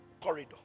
Corridor